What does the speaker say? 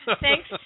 Thanks